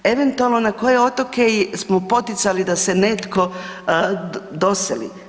Eventualno na koje otoke smo poticali da se netko doseli?